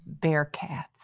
Bearcats